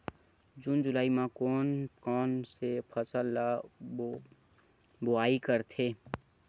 जून जुलाई म कोन कौन से फसल ल बोआई करथे?